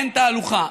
אין תהלוכה,